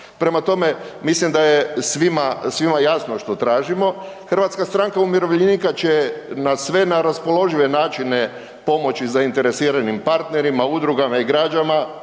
prema tome mislim da je svima jasno što tražimo. Hrvatska stranka umirovljenika će na sve raspoložive načine pomoći zainteresiranim partnerima, Udrugama i građanima